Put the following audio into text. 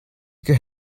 could